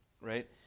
right